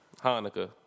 Hanukkah